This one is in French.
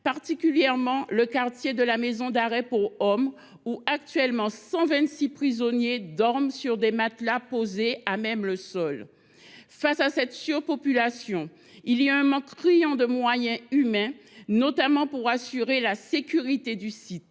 particulièrement le quartier de la maison d’arrêt pour hommes : actuellement, 126 prisonniers dorment sur des matelas posés à même le sol. Face à cette surpopulation, il y a un manque criant de moyens humains, notamment pour assurer la sécurité du site.